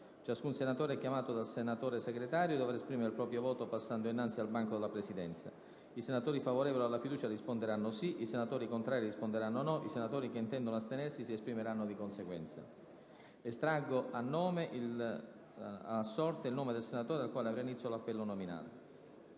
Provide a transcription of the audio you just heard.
ciascun senatore chiamato dal senatore Segretario dovrà esprimere il proprio voto passando innanzi al banco della Presidenza. I senatori favorevoli alla fiducia risponderanno sì; i senatori contrari risponderanno no; i senatori che intendono astenersi si esprimeranno di conseguenza. Hanno chiesto di votare per primi pochissimi